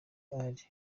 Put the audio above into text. ali